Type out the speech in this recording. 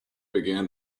began